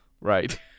Right